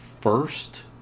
first